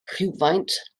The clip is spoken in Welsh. rhywfaint